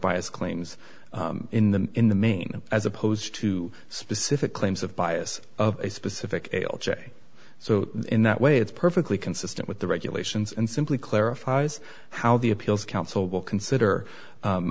bias claims in the in the main as opposed to specific claims of bias of a specific l j so in that way it's perfectly consistent with the regulations and simply clarifies how the appeals council will consider